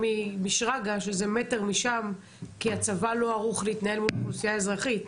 משרגא שזה מטר משם כי הצבא לא ערוך להתנהל מול אוכלוסיה אזרחית,